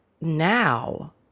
now